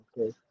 Okay